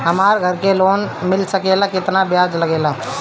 हमरा घर के लोन मिल सकेला केतना ब्याज लागेला?